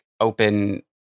open